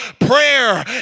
prayer